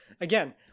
again